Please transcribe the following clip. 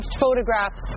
photographs